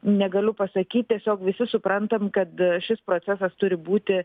negaliu pasakyt tiesiog visi suprantam kad šis procesas turi būti